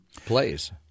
plays